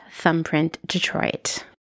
thumbprintdetroit